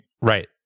Right